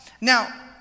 Now